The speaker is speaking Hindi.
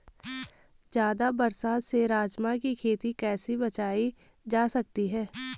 ज़्यादा बरसात से राजमा की खेती कैसी बचायी जा सकती है?